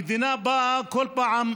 המדינה באה כל פעם,